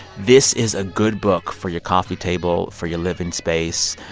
this is a good book for your coffee table, for your living space.